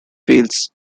fails